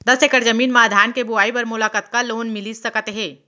दस एकड़ जमीन मा धान के बुआई बर मोला कतका लोन मिलिस सकत हे?